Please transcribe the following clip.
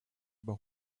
über